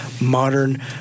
modern